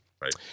Right